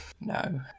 No